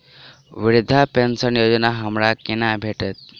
वृद्धा पेंशन योजना हमरा केना भेटत?